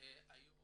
היום